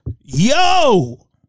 yo